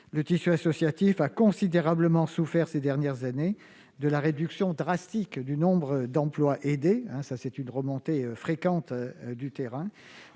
le tissu associatif a considérablement souffert ces dernières années de la réduction drastique du nombre d'emplois aidés. Au travers de la présence d'un tel